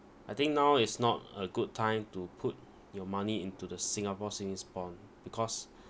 I think now is not a good time to put your money into the singapore savings bond because